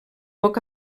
poc